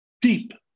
deep